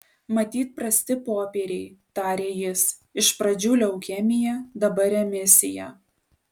matyt prasti popieriai tarė jis iš pradžių leukemija dabar remisija